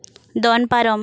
ᱫᱚᱱ ᱯᱟᱨᱚᱢ